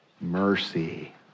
mercy